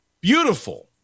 beautiful